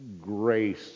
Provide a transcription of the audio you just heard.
grace